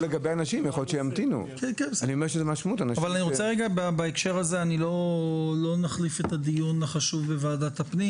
לא נחליף את הדיון החשוב בוועדת הפנים